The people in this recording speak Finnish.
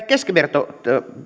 keskiverto